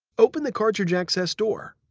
open the cartridge access door.